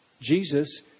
Jesus